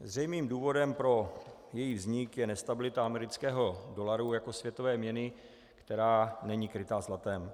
Zřejmým důvodem pro její vznik je nestabilita amerického dolaru jako světové měny, která není kryta zlatem.